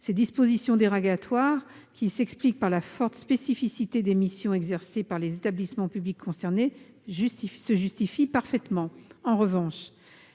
Ces dispositions dérogatoires, qui s'expliquent par la forte spécificité des missions exercées par les établissements publics concernés, se justifient parfaitement. En revanche,